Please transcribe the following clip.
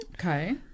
okay